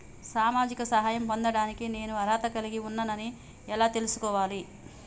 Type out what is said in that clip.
సామాజిక సహాయం పొందడానికి నేను అర్హత కలిగి ఉన్న అని ఎలా తెలుసుకోవాలి?